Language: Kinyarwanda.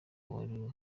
uwari